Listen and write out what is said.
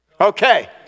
Okay